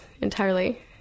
entirely